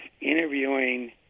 interviewing